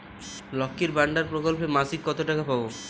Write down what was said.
লক্ষ্মীর ভান্ডার প্রকল্পে মাসিক কত টাকা পাব?